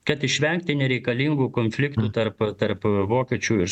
kad išvengti nereikalingų konfliktų tarp tarp vokiečių ir